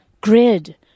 grid